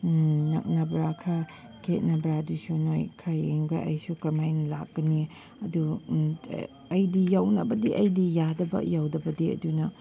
ꯅꯛꯅꯕ꯭ꯔꯥ ꯈꯔ ꯈꯦꯠꯅꯕ꯭ꯔꯥ ꯑꯗꯨꯁꯨ ꯅꯣꯏ ꯈꯔ ꯌꯦꯡꯈ꯭ꯔꯣ ꯑꯩꯁꯨ ꯀꯔꯝꯃꯥꯏ ꯂꯥꯛꯀꯅꯤ ꯑꯗꯨ ꯑꯩꯗꯤ ꯌꯧꯅꯕꯗꯤ ꯑꯩꯗꯤ ꯌꯥꯗꯕ ꯌꯧꯗꯕꯗꯤ ꯑꯗꯨꯅ